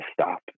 stop